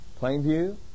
plainview